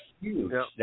huge